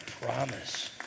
promise